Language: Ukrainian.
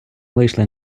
вийшли